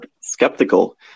skeptical